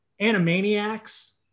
Animaniacs